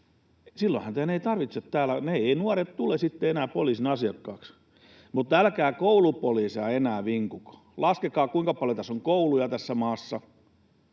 Silloinhan eivät nuoret tule sitten enää poliisin asiakkaiksi. Mutta älkää koulupoliiseja enää vinkuko. Laskekaa, kuinka paljon on kouluja tässä maassa,